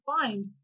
find